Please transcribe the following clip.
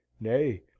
nay